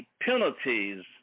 penalties